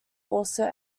also